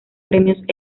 premios